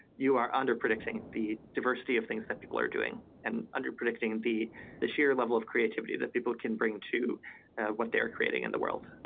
you are under predicting the diversity of things that people are doing and under predicting the the sheer level of creativity that people can bring to what they're creating in the world.